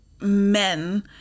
men